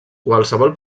qualsevol